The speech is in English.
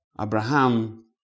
Abraham